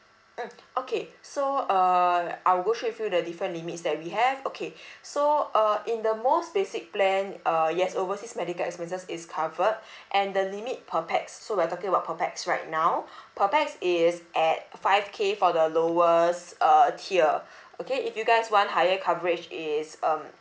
mm okay so uh I will go through with you the different limits that we have okay so uh in the most basic plan uh yes overseas medical expenses is covered and the limit per pax so we're talking about per pax right now per pax is at five K for the lowest err tier okay if you guys want higher coverage is um